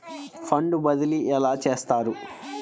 Fund బదిలీ ఎలా చేస్తారు?